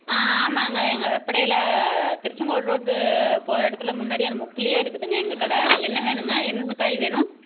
ஆ ஆமாம்ங்க எங்க வெப்படையில திருச்சங்கோடு ரோடு போகற இடத்துல முன்னாடியே அந்த முக்குலையே இருக்குதுங்க எங்கள் கடை என்ன வேணுங்க என்னென்ன காய் வேணும்